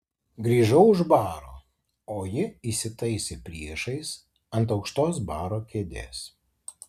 grįžau už baro o ji įsitaisė priešais ant aukštos baro kėdės